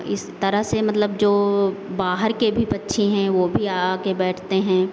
इस तरह से मतलब जो बाहर के भी पक्षी हैं वो भी आके बैठते हैं